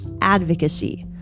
advocacy